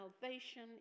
salvation